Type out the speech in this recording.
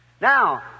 Now